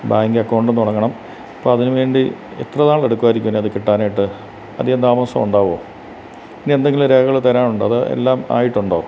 bank account തുടങ്ങണം അപ്പതിനുവേണ്ടി എത്ര നാൾ എടുക്കുമായിരിക്കും അതു കിട്ടാനായിട്ട് അധികം താമസം ഉണ്ടാകുമോ ഇനി എന്തെങ്കിലും രേഖകൾ തരാനുണ്ടോ അതോ എല്ലാം ആയിട്ടുണ്ടോ